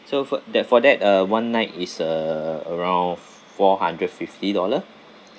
so for that for that uh one night is uh around f~ four hundred fifty dollar